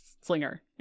slinger